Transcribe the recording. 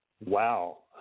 Wow